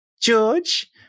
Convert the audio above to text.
George